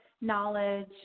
knowledge